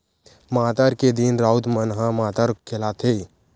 मातर के दिन राउत मन ह मातर खेलाथे